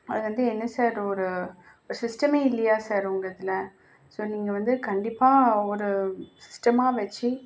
அது வந்து என்ன சார் ஒரு சிஸ்டமே இல்லையா சார் உங்கள் இதில் ஸோ நீங்கள் வந்து கண்டிப்பாக ஒரு சிஸ்டமாக வச்சு